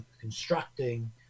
constructing